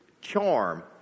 charm